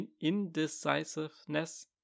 indecisiveness